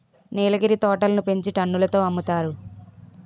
నీలగిరి తోటలని పెంచి టన్నుల తో అమ్ముతారు